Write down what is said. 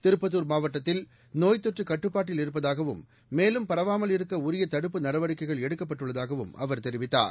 திருப்பத்துா் மாவட்டத்தில் நோய்த்தொற்று கட்டுப்பாட்டில் இருப்பதாகவும் மேலும் பரவாமல் இருக்க உரிய தடுப்புப் நடவடிக்கைகள் எடுக்கப்பட்டுள்ளதாகவும் அவர் தெரிவித்தார்